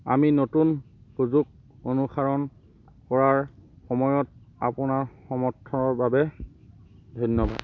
আমি নতুন সুযোগ অনুসৰণ কৰাৰ সময়ত আপোনাৰ সমৰ্থনৰ বাবে ধন্যবাদ